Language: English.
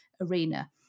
arena